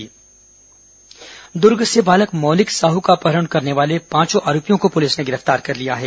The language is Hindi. अपहरण खुलासा दुर्ग से बालक मौलिक साहू का अपहरण करने वाले चार आरोपियों को पुलिस ने गिरफ्तार कर लिया है